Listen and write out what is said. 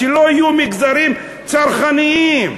שלא יהיו מגזרים צרכניים,